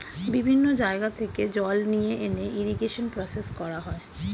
বিভিন্ন জায়গা থেকে জল নিয়ে এনে ইরিগেশন প্রসেস করা হয়